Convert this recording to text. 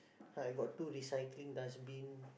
I got two recycling dust bin